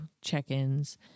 check-ins